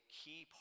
key